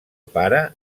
pare